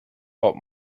top